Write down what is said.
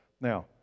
Now